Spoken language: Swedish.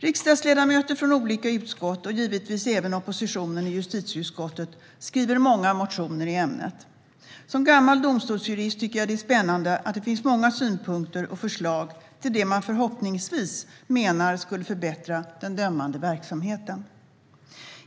Riksdagsledamöter från olika utskott, och givetvis även oppositionen i justitieutskottet, skriver många motioner i ämnet. Som gammal domstolsjurist tycker jag att det är spännande att det finns många synpunkter och förslag till det man förhoppningsvis menar skulle förbättra den dömande verksamheten.